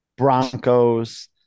Broncos